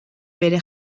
bere